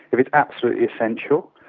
if it's absolutely essential,